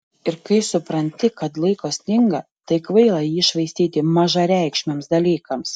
ir kai supranti kad laiko stinga tai kvaila jį švaistyti mažareikšmiams dalykams